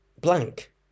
blank